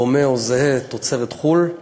דומה או זהה, תוצרת חו"ל,